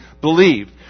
believed